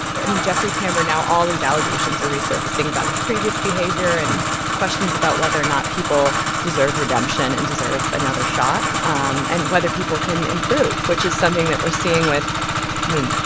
i mean, jeffrey tambor now all these allegations are resurfacing about his previous behavior and questions about whether or not people deserve redemption and deserve another shot um and whether people can improve, which is something that we're seeing with i mean,